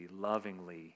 lovingly